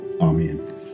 Amen